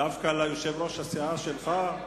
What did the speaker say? דווקא ליושב-ראש הסיעה שלך?